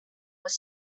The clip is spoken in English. was